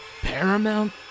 Paramount